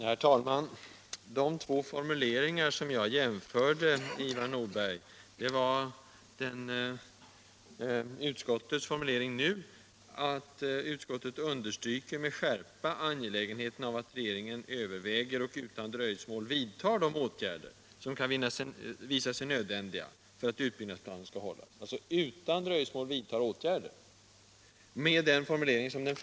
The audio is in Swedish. Herr talman! De två formuleringar som jag jämförde, Ivar Nordberg, var utskottets skrivning i år och i fjol om utbyggnaden. Utskottet skriver nu: ”Utskottet vill för sin del med skärpa understryka angelägenheten av att regeringen — både i det nu aktuella läget och om så visar sig erforderligt senare under planeringsperioden — överväger och utan dröjsmål vidtar de åtgärder som kan visa sig nödvändiga för att utbyggnadsplanen skall hållas.” Man vill alltså att åtgärder skall vidtas utan dröjsmål.